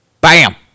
Bam